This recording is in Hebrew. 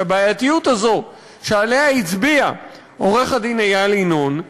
שהבעייתיות הזאת שעליה הצביע עורך-הדין איל ינון,